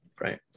right